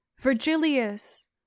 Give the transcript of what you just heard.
Virgilius